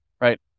right